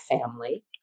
family